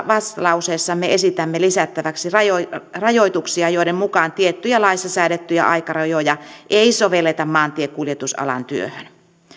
vastalauseessamme esitämme lisättäväksi rajoituksia joiden mukaan tiettyjä laissa säädettyjä aikarajoja ei sovelleta maantiekuljetusalan työhön